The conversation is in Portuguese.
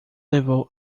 levou